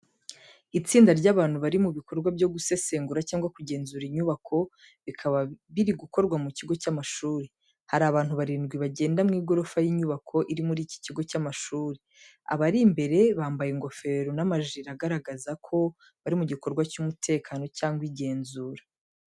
Itsinda ry’abantu bari mu bikorwa byo gusesengura cyangwa kugenzura inyubako, bikaba biri gukorerwa mu kigo cy’amashuri. Hari abantu barindwi bagenda ku igorofa y’inyubako iri mu kigo cy’amashuri. Abari imbere bambaye ingofero n’amajire agaragaza ko bari mu gikorwa cy’umutekano cyangwa igenzura.